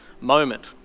moment